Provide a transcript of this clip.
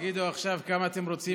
תגידו עכשיו כמה אתם רוצים,